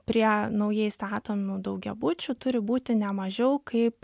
prie naujai statomų daugiabučių turi būti ne mažiau kaip